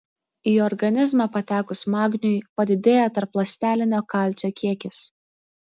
į organizmą patekus magniui padidėja tarpląstelinio kalcio kiekis